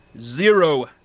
zero